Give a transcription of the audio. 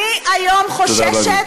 אני היום חוששת,